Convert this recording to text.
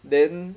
then